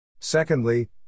Secondly